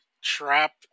trap